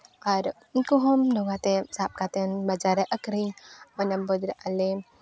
ᱟᱨ ᱩᱱᱠᱩ ᱦᱚᱸ ᱱᱚᱣᱟᱛᱮ ᱥᱟᱵ ᱠᱟᱛᱮᱱ ᱵᱟᱡᱟᱨ ᱨᱮ ᱟᱹᱠᱷᱨᱤᱧ ᱢᱟᱱᱮ ᱵᱟᱡᱟᱨ ᱨᱮ ᱟᱞᱮ